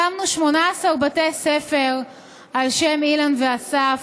הקמנו 18 בתי ספר על שם אילן ואסף,